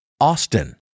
Austin